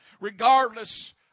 regardless